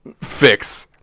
fix